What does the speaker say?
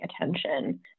attention